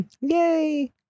Yay